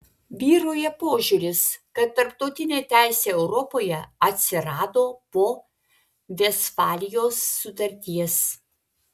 vyrauja požiūris kad tarptautinė teisė europoje atsirado po vestfalijos sutarties